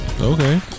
Okay